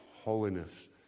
holiness